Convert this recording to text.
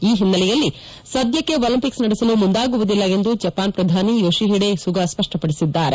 ಈ ಹಿನ್ನೆಲೆಯಲ್ಲಿ ಸದ್ದಕ್ಷೆ ಒಲಿಂಪಿಕ್ಸ್ ನಡೆಸಲು ಮುಂದಾಗುವುದಿಲ್ಲ ಎಂದು ಜಪಾನ್ನ ಪ್ರಧಾನಿ ಯೋಶಿಹಿಡೆ ಸುಗಾ ಸ್ಪಷ್ಟಪಡಿಸಿದ್ದಾರೆ